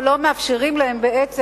או לא מאפשרים להם בעצם,